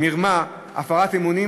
מרמה והפרת אמונים,